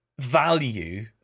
value